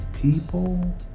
people